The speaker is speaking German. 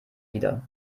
wieder